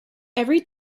every